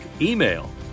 email